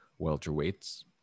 welterweights